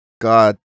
God